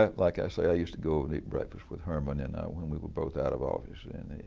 ah like i say, i used to go and eat breakfast with herman and when we were both out of office and